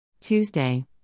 Tuesday